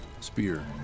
spear